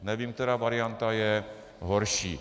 Nevím, která varianta je horší.